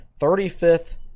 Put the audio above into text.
35th